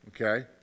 okay